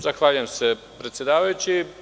Zahvaljujem se predsedavajući.